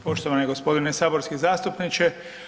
Poštovani g. saborski zastupniče.